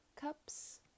Cups